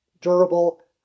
durable